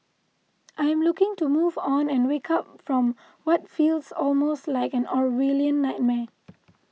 I am looking to move on and wake up from what feels almost like an Orwellian nightmare